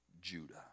Judah